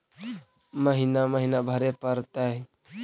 महिना महिना भरे परतैय?